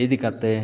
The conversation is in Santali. ᱤᱫᱤᱠᱟᱛᱮ